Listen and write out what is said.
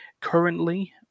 Currently